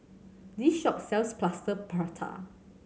this shop sells Plaster Prata